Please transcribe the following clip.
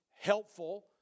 helpful